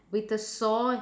with a saw